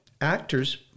Actors